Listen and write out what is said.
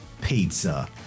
Pizza